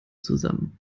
zusammen